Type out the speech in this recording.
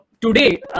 today